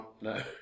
No